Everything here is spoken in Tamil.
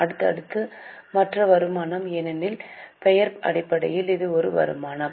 அடுத்தது மற்ற வருமானம் ஏனெனில் பெயர் அடிப்படையில் இது ஒரு வருமானம்